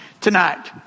tonight